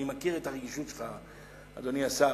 אני מכיר את הרגישות שלך, אדוני השר.